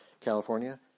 California